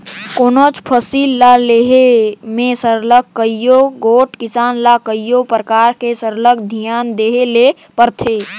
कोनोच फसिल ल लेहे में सरलग कइयो गोट किसान ल कइयो परकार ले सरलग धियान देहे ले परथे